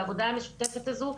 והעבודה המשותפת הזו,